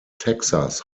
texas